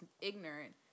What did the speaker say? ignorant